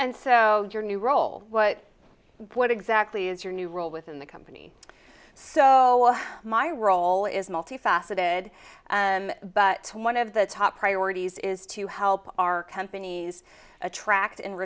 and so your new role what what exactly is your new role within the company so my role is multifaceted but one of the top priorities is to help our companies attract and